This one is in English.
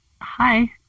Hi